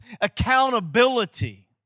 accountability